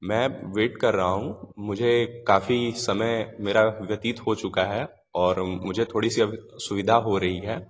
मैं वेट कर रा हूँ मुझे काफ़ी समय मेरा व्यतित हो चुका है और मुझे थोड़ी सी असुविधा हो रही है